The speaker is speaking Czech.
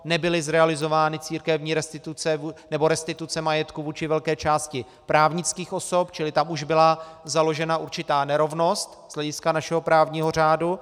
Nebyly zrealizovány církevní restituce nebo restituce majetku vůči velké části právnických osob, čili tam už byla založena určitá nerovnost z hlediska našeho právního řádu.